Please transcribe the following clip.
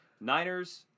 Niners